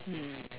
mm